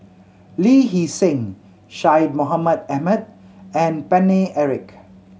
Lee Hee Seng Syed Mohamed Ahmed and Paine Eric